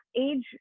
age